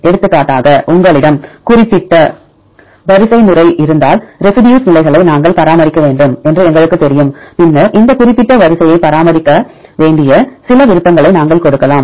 எடுத்துக்காட்டாக உங்களிடம் குறிப்பிட்ட வரிசைமுறை இருந்தால் ரெசிடியூஸ் நிலைகளை நாங்கள் பராமரிக்க வேண்டும் என்று எங்களுக்குத் தெரியும் பின்னர் அந்த குறிப்பிட்ட வரிசையை பராமரிக்க வேண்டிய சில விருப்பங்களை நாங்கள் கொடுக்கலாம்